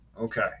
Okay